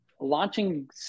launching